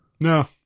No